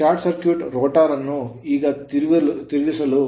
short circuit rotor rotor ಅನ್ನು ಈಗ ತಿರುಗಿಸಲು